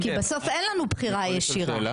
כי בסוף אין לנו בחירה ישירה.